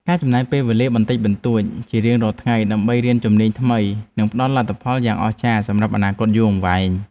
ការចំណាយពេលវេលាបន្តិចបន្តួចជារៀងរាល់ថ្ងៃដើម្បីរៀនជំនាញថ្មីនឹងផ្តល់លទ្ធផលយ៉ាងអស្ចារ្យសម្រាប់អនាគតយូរអង្វែង។